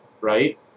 right